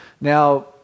Now